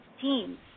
teams